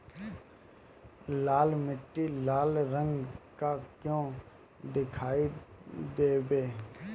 लाल मीट्टी लाल रंग का क्यो दीखाई देबे?